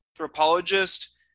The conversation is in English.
anthropologist